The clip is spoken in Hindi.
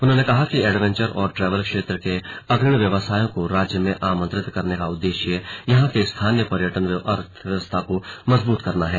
उन्होंने कहा कि एडवेंचर और ट्रैवल क्षेत्र के अग्रणी व्यवसायियों को राज्य में आमंत्रित करने का उद्देश्य यहां की स्थानीय पर्यटन अर्थव्यवस्था को मजबूत करना है